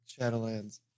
Shadowlands